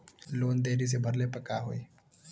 Loan देरी से भरले पर का होई?